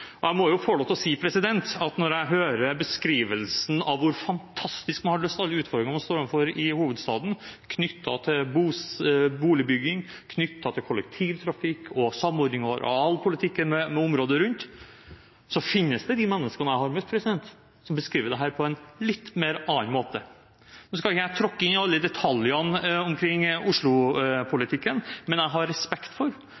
Jeg må få lov til å si at når jeg hører beskrivelsen av hvor fantastisk man har løst alle utfordringene man står overfor i hovedstaden knyttet til boligbygging, til kollektivtrafikk og til samordning av arealpolitikken med området rundt, så finnes det mennesker jeg har møtt som beskriver dette på en litt annen måte. Nå skal ikke jeg tråkke inn i alle detaljene omkring Oslo-politikken, men jeg har respekt for